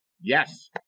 Yes